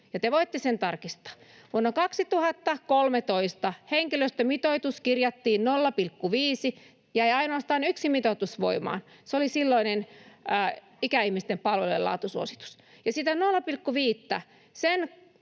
Te voitte sen tarkistaa. Vuonna 2013 henkilöstömitoitus kirjattiin, 0,5. Jäi ainoastaan yksi mitoitus voimaan, se oli silloinen ikäihmisten palvelujen laatusuositus, ja sen